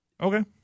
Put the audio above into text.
okay